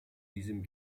diesen